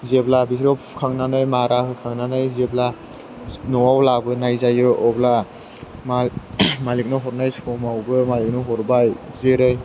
जेब्ला बिसोरखौ फुखांनानै मारा होखांनानै जेब्ला न'आव लाबोनाय जायो अब्ला माइ मालिकनो हरनाय समावबो माइबो हरबाय जेरै